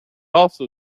also